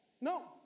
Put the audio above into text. No